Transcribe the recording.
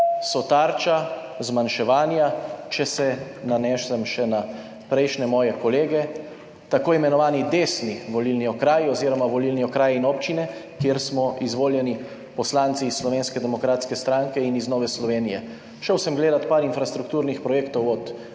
so tarča zmanjševanja, če se nanesem še na moje prejšnje kolege, tako imenovani desni volilni okraji oziroma volilni okraji in občine, kjer smo izvoljeni poslanci iz Slovenske demokratske stranke in iz Nove Slovenije? Šel sem gledat par infrastrukturnih projektov od